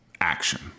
action